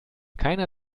keiner